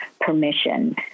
permission